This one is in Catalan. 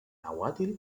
nàhuatl